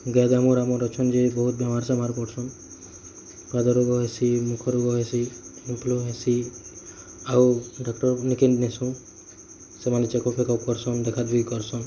Gaga ମୁର ଆମର ଅଛନ୍ ଯେ ବହୁତ ବେମାର ସେମାର ପଡ଼୍ସନ୍ ପାଦ ରୋଗ ହେସି ମୁଖ ରୋଗ ହେସି ହେସି ଆଉ ଡକ୍ଟର୍ ମାନେ କେନ୍ ନେସୁ ସେମାନେ ଚେକଫ ଫେକଫ କର୍ସନ୍ ଦେଖା ଦେଖି କର୍ସନ୍